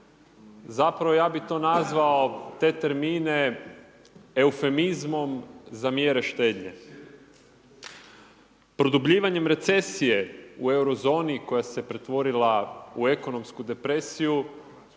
Zapravo ja bih to nazvao te termine eufemizmom za mjere štednje. Produbljivanjem recesije u euro zoni koja se pretvorila u ekonomsku depresiju